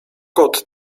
kot